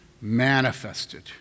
manifested